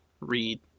read